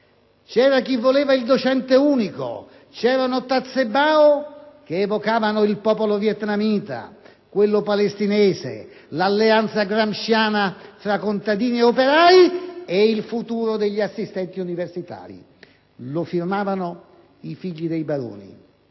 C'era chi voleva il docente unico, c'erano *tazebao* che evocavano il popolo vietnamita, quello palestinese, l'alleanza gramsciana tra contadini e operai e il futuro degli assistenti universitari. Lo firmavano i figli dei baroni,